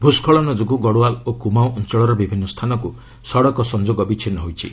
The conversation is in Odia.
ଭ୍ରସ୍କଳନ ଯୋଗୁଁ ଗଡ଼ୱାଲ୍ ଓ କ୍ରମାଓଁ ଅଞ୍ଚଳର ବିଭିନ୍ନ ସ୍ଥାନକୁ ସଡ଼କ ସଂଯୋଗ ବିଚ୍ଛିନ୍ନ ହୋଇଛି